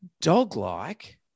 Dog-like